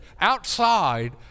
outside